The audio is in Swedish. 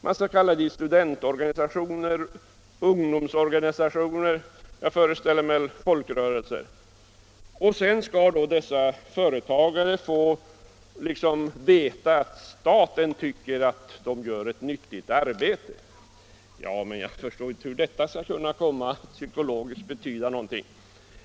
Man skall kalla dit studentorganisationer, ungdomsorganisationer och — föreställer jag mig — folkrörelser. Sedan skulle företagarna få veta att staten tycker att de gör ett nyttigt arbete. Jag förstår inte hur detta skulle komma att psykologiskt betyda någonting.